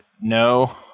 no